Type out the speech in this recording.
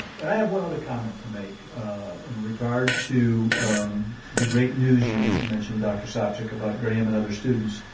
and i have one other comment to make in regard to the great news you mentioned, dr. sopcich, about graham and other students.